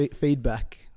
feedback